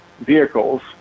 vehicles